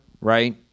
right